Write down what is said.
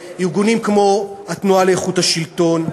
ארגונים כמו התנועה לאיכות השלטון,